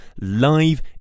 live